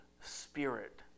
spirit